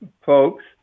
folks